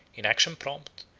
in action prompt,